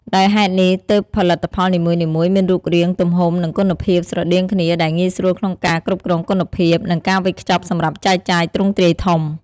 ដោយហេតុនេះ ទើបផលិតផលនីមួយៗមានរូបរាង ទំហំ និងគុណភាពស្រដៀងគ្នា ដែលងាយស្រួលក្នុងការគ្រប់គ្រងគុណភាព និងការវេចខ្ចប់សម្រាប់ចែកចាយទ្រង់ទ្រាយធំ។